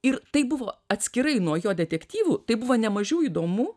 ir tai buvo atskirai nuo jo detektyvų tai buvo nemažiau įdomu